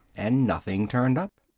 and nothing turned up.